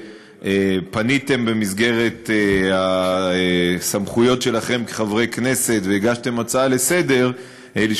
שפניתם במסגרת הסמכויות שלכם כחברי כנסת והגשתם הצעה לסדר-היום,